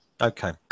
okay